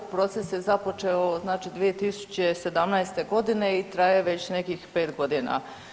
Proces je započeo znači 2017. godine i traje već nekih 5 godina.